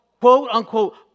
quote-unquote